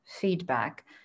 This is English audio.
feedback